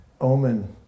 omen